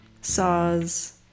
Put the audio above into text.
saws